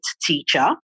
teacher